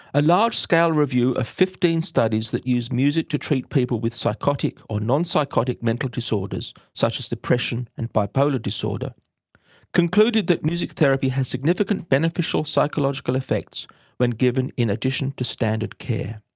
a large-scale review of fifteen studies that used music to treat people with psychotic or non-psychotic mental disorders such as depression and bipolar disorder concluded that music therapy has significant beneficial psychological effects when given in addition to standard care.